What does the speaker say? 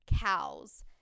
cows